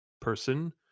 person